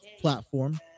platform